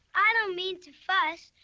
i don't meant to fuss.